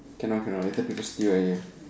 cannot cannot that's people stare at you